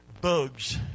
bugs